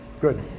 Good